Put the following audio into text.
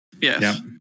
Yes